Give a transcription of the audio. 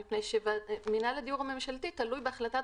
מפני שמינהל הדיור הממשלתי תלוי בהחלטת